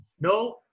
No